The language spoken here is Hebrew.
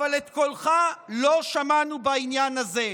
אבל את קולך לא שמענו בעניין הזה.